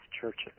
churches